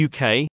UK